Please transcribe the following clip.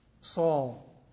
Saul